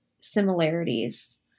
similarities